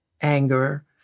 anger